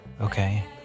Okay